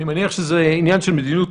לא, לא היינו --- אני מניח שלא,